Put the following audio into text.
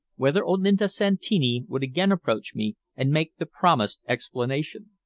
whether olinto santini would again approach me and make the promised explanation.